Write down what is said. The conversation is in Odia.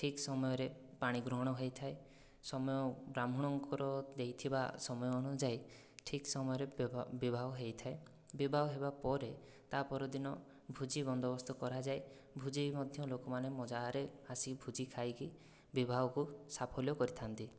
ଠିକ୍ ସମୟରେ ପାଣିଗ୍ରହଣ ହୋଇଥାଏ ସମୟ ବ୍ରାହ୍ମଣଙ୍କର ଦେଇଥିବା ସମୟ ଅନୁଯାୟୀ ଠିକ୍ ସମୟରେ ବିବାହ ହୋଇଥାଏ ବିବାହ ହେବା ପରେ ତା' ପରଦିନ ଭୋଜି ବନ୍ଦୋବସ୍ତ କରାଯାଏ ଭୋଜି ମଧ୍ୟ ଲୋକମାନେ ମଜାରେ ଆସି ଭୋଜି ଖାଇକି ବିବାହକୁ ସାଫଲ୍ୟ କରିଥାନ୍ତି